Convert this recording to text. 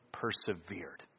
persevered